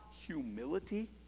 humility